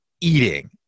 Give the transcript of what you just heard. eating